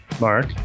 Mark